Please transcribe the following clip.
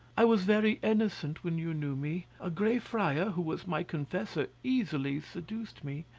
i was very innocent when you knew me. a grey friar, who was my confessor, easily seduced me.